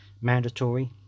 mandatory